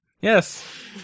Yes